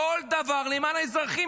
כל דבר למען האזרחים.